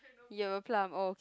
you have a plum oh